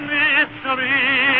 mystery